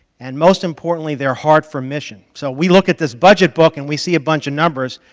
and most importantly their heart for mission, so we look at this budget book and we see a bunch of numbers,